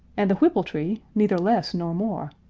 and the whippletree neither less nor more,